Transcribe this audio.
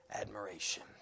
admiration